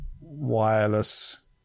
wireless